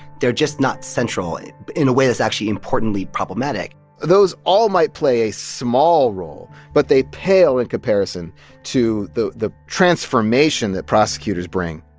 they're just not central in a way that's actually importantly problematic those all might play a small role, but they pale in comparison to the the transformation that prosecutors bring